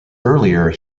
earlier